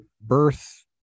birth